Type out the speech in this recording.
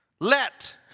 let